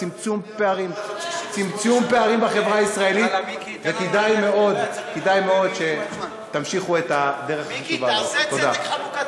טיפלנו בצמצום פערים בחברה הישראלית גם בכל מה שקשור לנושא החינוך.